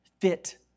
fit